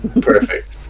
perfect